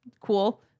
cool